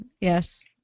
yes